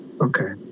Okay